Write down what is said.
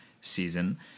season